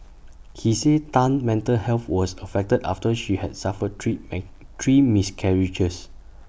he said Tan's mental health was affected after she had suffered three make three miscarriages